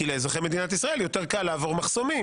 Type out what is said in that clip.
כי לאזרחי מדינת ישראל יותר קל לעבור מחסומים,